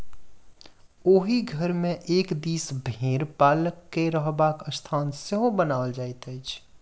ओहि घर मे एक दिस भेंड़ पालक के रहबाक स्थान सेहो बनाओल जाइत छै